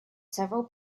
several